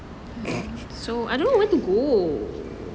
so I don't know where to go